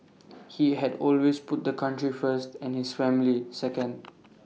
he had always put the country first and his family second